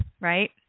right